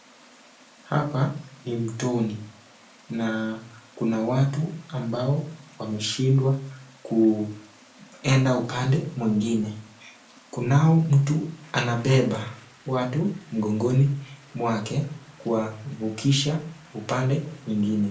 Hapa ni mtoni na kuna watu ambao wameshindwa kuenda upande mwingine. Kuna mtu anabeba watu mgongoni mwake kuwavukisha upande mwingine.